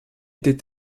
est